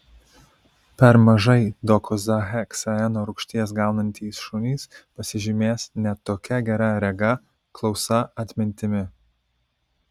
per mažai dokozaheksaeno rūgšties gaunantys šunys pasižymės ne tokia gera rega klausa atmintimi